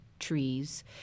trees